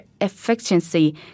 efficiency